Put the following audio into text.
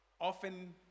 often